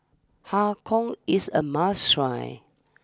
Har Kow is a must try